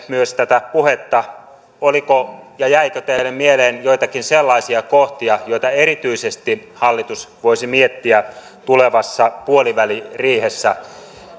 myös kuuntelitte tätä puhetta oliko siinä ja jäikö teille mieleen joitakin sellaisia kohtia joita erityisesti hallitus voisi miettiä tulevassa puoliväliriihessä